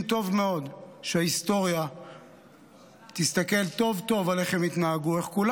טוב מאוד שההיסטוריה תסתכל טוב טוב על איך הם התנהגו,